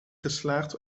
geslaagd